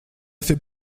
fait